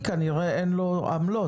כנראה שאין לו עמלות,